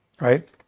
right